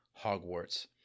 Hogwarts